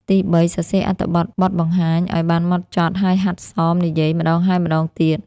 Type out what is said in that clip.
ទីបី សរសេរអត្ថបទបទបង្ហាញឱ្យបានហ្មត់ចត់ ហើយហាត់សមនិយាយម្តងហើយម្តងទៀត។